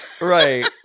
Right